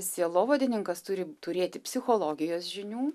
sielovadininkas turi turėti psichologijos žinių